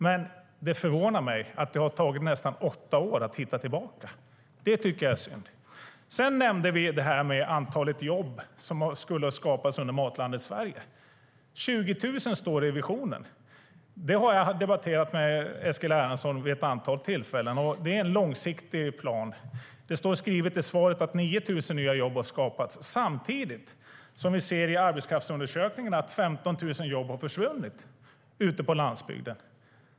Men det förvånar mig att det har tagit nästan åtta år att hitta tillbaka. Det tycker jag är synd. Vi talade om antalet jobb som skulle ha skapats under Matlandet Sverige. 20 000 står det i visionen. Det har jag debatterat med Eskil Erlandsson vid ett antal tillfällen. Det är en långsiktig plan. Det står skrivet i svaret att 9 000 nya jobb har skapats. Samtidigt ser vi i arbetskraftsundersökningen att 15 000 jobb har försvunnit ute på landsbygden.